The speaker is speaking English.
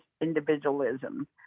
individualism